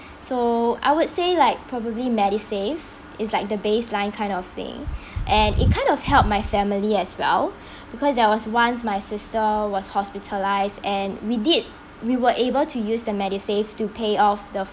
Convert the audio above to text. so I would say like probably Medisave is like the baseline kind of thing and it kind of help my family as well because there was once my sister was hospitalised and we did we were able to use the Medisave to pay off the